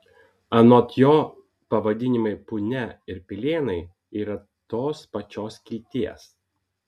anot jo pavadinimai punia ir pilėnai yra tos pačios kilties